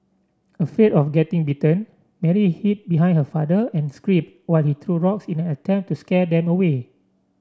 afraid of getting bitten Mary hid behind her father and screamed while he threw rocks in an attempt to scare them away